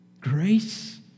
Grace